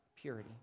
purity